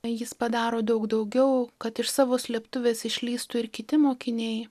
jis padaro daug daugiau kad iš savo slėptuvės išlįstų ir kiti mokiniai